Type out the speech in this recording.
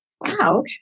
Wow